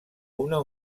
una